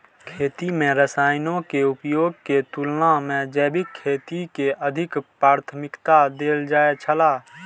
खेती में रसायनों के उपयोग के तुलना में जैविक खेती के अधिक प्राथमिकता देल जाय छला